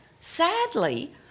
sadly